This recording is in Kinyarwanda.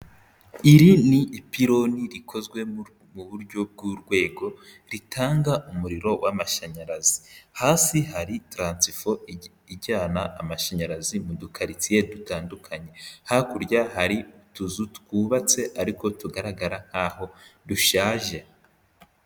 Iri ni ipironi rikozwe mu buryo bw'urwego ritanga umuriro w'amashanyarazi, hasi hari taransifo ijyana amashanyarazi mu dukaritsiye dutandukanye, hakurya hari utuzu twubatse ariko tugaragara nkaho dushaje.